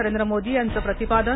नरेंद्र मोदी यांचे प्रतिपादन